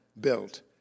built